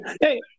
Hey